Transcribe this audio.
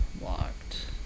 Walked